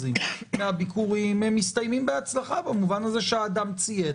מהביקורים מסתיימים בהצלחה במובן הזה שהאדם ציית,